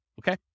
okay